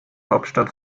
hauptstadt